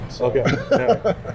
Okay